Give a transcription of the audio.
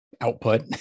output